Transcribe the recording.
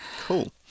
Cool